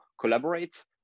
collaborate